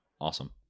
Awesome